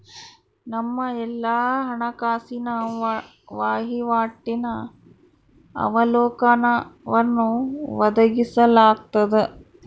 ನಮ್ಮ ಎಲ್ಲಾ ಹಣಕಾಸಿನ ವಹಿವಾಟಿನ ಅವಲೋಕನವನ್ನು ಒದಗಿಸಲಾಗ್ತದ